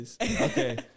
Okay